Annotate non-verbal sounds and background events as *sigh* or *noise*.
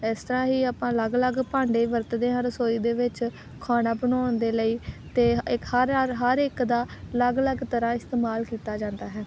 ਇਸ ਤਰ੍ਹਾਂ ਹੀ ਆਪਾਂ ਅਲੱਗ ਅਲੱਗ ਭਾਂਡੇ ਵਰਤਦੇ ਹਾਂ ਰਸੋਈ ਦੇ ਵਿੱਚ ਖਾਣਾ ਬਣਾਉਣ ਦੇ ਲਈ ਅਤੇ *unintelligible* ਹਰ ਹਰ ਹਰ ਇੱਕ ਦਾ ਅਲੱਗ ਅਲੱਗ ਤਰ੍ਹਾਂ ਇਸਤੇਮਾਲ ਕੀਤਾ ਜਾਂਦਾ ਹੈ